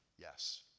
Yes